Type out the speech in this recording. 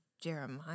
Jeremiah